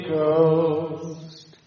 Ghost